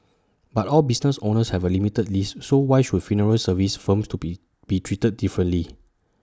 but all business owners have A limited lease so why should funeral services firms to be be treated differently